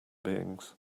beings